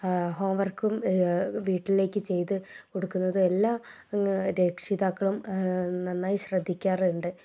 ഹോംവർക്കും വീട്ടിലേക്ക് ചെയ്ത് കൊടുക്കുന്നതും എല്ലാ രക്ഷിതാക്കളും നന്നായി ശ്രദ്ധിക്കാറുണ്ട്